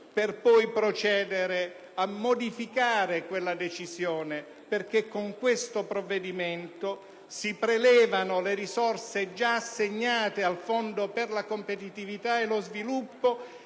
è poi proceduto a modificare quella decisione; con questo provvedimento si prelevano infatti le risorse già assegnate al Fondo per la competitività e lo sviluppo